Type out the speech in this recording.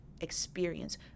experience